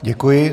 Děkuji.